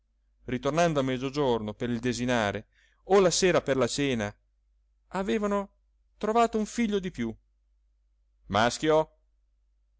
ritornando a mezzogiorno per il desinare o la sera per la cena avevano trovato un figlio di più maschio